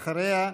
אחריה,